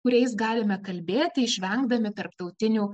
kuriais galime kalbėti išvengdami tarptautinių